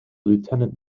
lieutenant